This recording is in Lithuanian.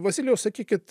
vasilijau sakykit